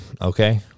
Okay